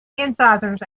incisors